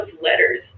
letters